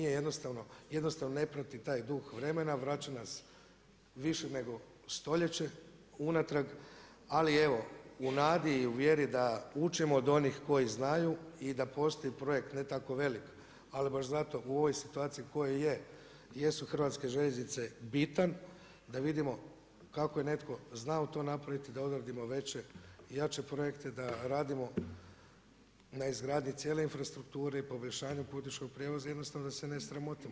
Jednostavno ne prati taj duh vremena, vraća nas više nego stoljeće unatrag, ali evo u nadi i u vjeri da učim od onih koji znaju i da postoji projekt ne tako velik ali baš zato u ovoj situaciji u kojoj jesu Hrvatske željeznice bitan da vidimo kako je netko znao to napraviti da odradimo veće i jače projekte, da radimo na izgradnji cijele infrastrukture i poboljšanja putničkog prijevoza jednostavno da se ne sramotimo.